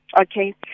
Okay